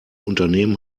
unternehmen